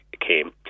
came